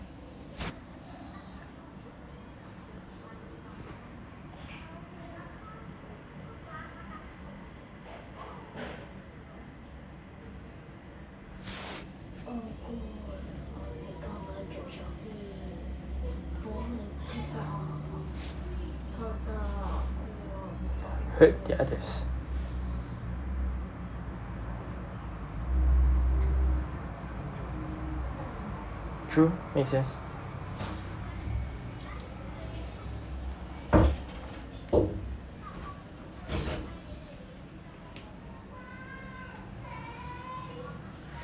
hurt the others true makes sense